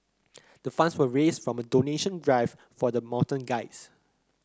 the funds were raised from a donation drive for the mountain guides